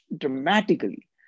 dramatically